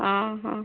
ଅଁ ହଁ